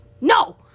no